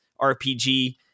RPG